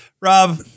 Rob